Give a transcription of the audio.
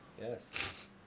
Yes